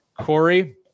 Corey